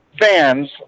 fans